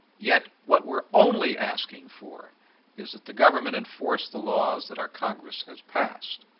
yet what we are only asking for is that the government enforce the laws that our congress has passed.